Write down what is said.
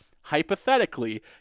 hypothetically